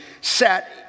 sat